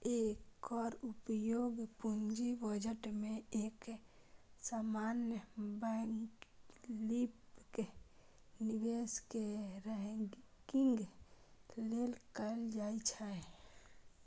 एकर उपयोग पूंजी बजट मे एक समान वैकल्पिक निवेश कें रैंकिंग लेल कैल जाइ छै